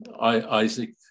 Isaac